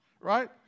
right